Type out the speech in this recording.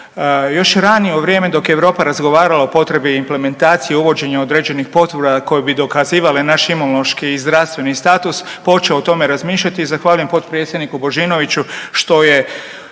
još ranije u vrijeme dok je Europa razgovarala o potrebi implementacije uvođenja određenih potvrda koje bi dokazivale naš imunološki i zdravstveni status počeo o tome razmišljati i zahvaljujem potpredsjedniku Božinoviću što je